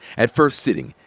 at first, sitting,